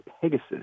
Pegasus